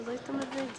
אנחנו נקיים דיון על